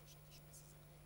בבקשה, אדוני השר יצחק כהן,